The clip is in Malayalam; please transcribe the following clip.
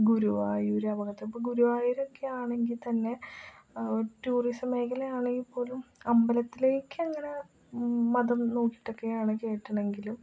ഗുരുവായൂർ ആ ഭാഗത്ത് ഇപ്പം ഗുരുവായൂരൊക്കെ ആണെങ്കിൽ തന്നെ ടൂറിസം മേഖലയാണെങ്കിൽ പോലും അമ്പലത്തിലേക്കങ്ങനെ മതം നോക്കിയിട്ടൊക്കെയാണ് കയറ്റണമെങ്കിലും